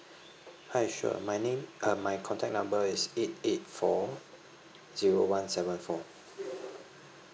hi sure my name uh my contact number is eight eight four zero one seven four